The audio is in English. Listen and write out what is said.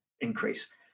increase